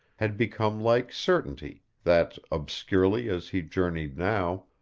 had become like certainty, that, obscurely as he journeyed now,